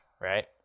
right